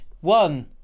one